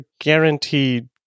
guaranteed